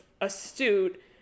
astute